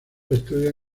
estudios